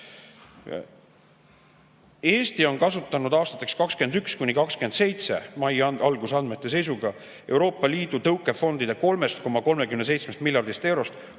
Eesti on kasutanud aastateks 2021–2027 mai alguse andmete seisuga Euroopa Liidu tõukefondide 3,37 miljardist eurost